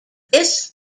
this